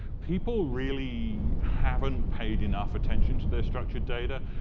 people really haven't paid enough attention to their structured data.